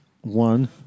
One